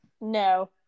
No